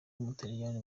w’umutaliyani